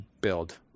build